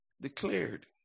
declared